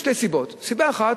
יש שתי סיבות: סיבה אחת,